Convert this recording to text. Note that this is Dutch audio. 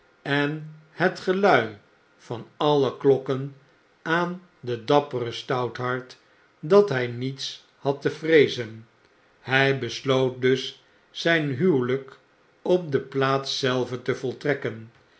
en het gelui van alle klokken aan den dapperen stouthart dat hjj niets had te vreezen hij besloot dus zijn huweljjk op de plaats zelve te voltrekken